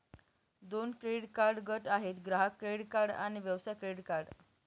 दोन credit card गट आहेत, ग्राहक क्रेडिट कार्ड आणि व्यवसाय क्रेडिट कार्ड